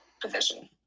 position